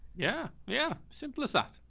yeah yeah. simple as that.